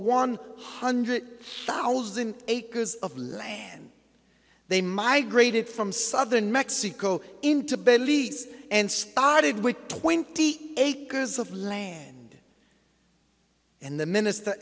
one hundred thousand acres of land they migrated from southern mexico into beliefs and started with twenty eight years of land and the minister